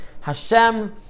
Hashem